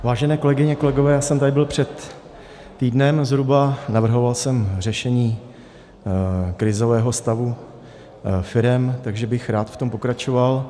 Vážené kolegyně a kolegové, já jsem tady byl před týdnem, zhruba, navrhoval jsem řešení krizového stavu firem, takže bych rád v tom pokračoval.